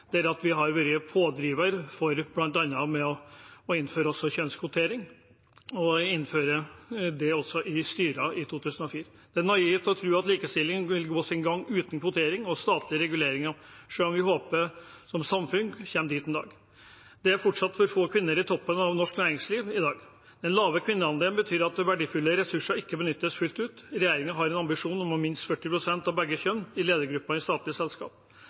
Vi har vært pådriver for bl.a. å innføre kjønnskvotering – også i styrer i 2004. Det er naivt å tro at likestilling vil gå sin gang uten kvotering og statlig regulering, selv om vi håper at vi som samfunn kommer dit en dag. Det er fortsatt for få kvinner i toppen av norsk næringsliv i dag. Den lave kvinneandelen betyr at verdifulle ressurser ikke benyttes fullt ut. Regjeringen har en ambisjon om at det skal være minst 40 pst. av begge kjønn i ledergrupper i statlige selskap. I statens eierberetning for 2018 framgår det at det i selskap